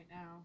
now